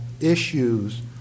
issues